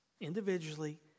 individually